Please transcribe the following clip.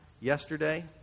yesterday